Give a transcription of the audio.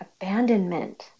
abandonment